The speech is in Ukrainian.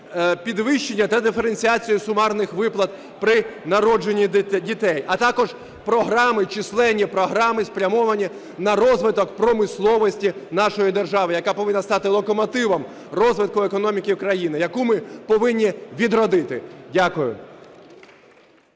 підвищення та диференціацію сумарних виплат при народженні дітей, а також програми, численні програми, спрямовані на розвиток промисловості нашої держави, яка повинна стати локомотивом розвитку економіки України, яку ми повинні відродити. Дякую.